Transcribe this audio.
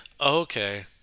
okay